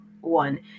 one